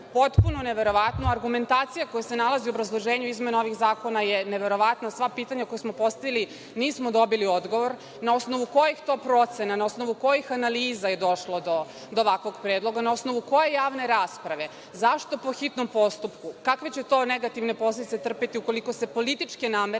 potpuno neverovatno. Argumentacija koja se nalazi u obrazloženju u izmeni ovih zakona je neverovatna. Na sva pitanja koja smo postavili, nismo dobili odgovor. Na osnovu kojih to procena, na osnovu kojih analiza je došlo do ovakvog predloga, na osnovu koje javne rasprave? Zašto po hitnom postupku? Kakve će to negativne posledice trpeti ukoliko se političke namere,